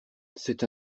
c’est